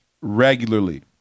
regularly